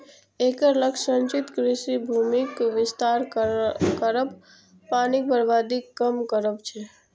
एकर लक्ष्य सिंचित कृषि भूमिक विस्तार करब, पानिक बर्बादी कम करब छै